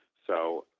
so,